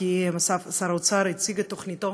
אף ששר האוצר הציג את תוכניתו,